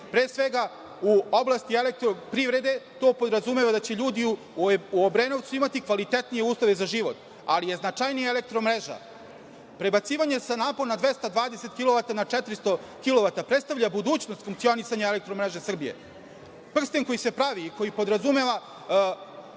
svega, u oblasti Elektroprivrede, to podrazumeva da će ljudi u Obrenovcu imati kvalitetnije uslove za život. Ali je značajnija elektromreža. Prebacivanje napona sa 220 na 400 kilovata, predstavlja budućnost funkcionisanja elektromreže Srbije. Prsten koji se pravi, koji podrazumeva